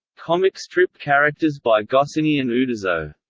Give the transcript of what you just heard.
comic strip characters by goscinny and uderzo